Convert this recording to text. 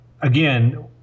again